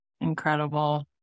incredible